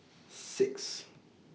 six